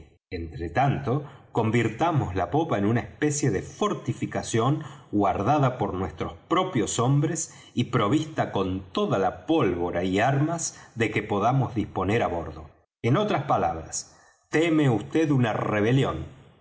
entre tanto convirtamos la popa en una especie de fortificación guardada por nuestros propios hombres y provista con toda la pólvora y armas de que podamos disponer á bordo en otras palabras teme vd una rebelión